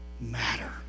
matter